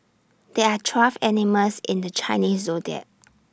there are twelve animals in the Chinese Zodiac